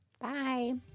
Bye